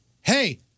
hey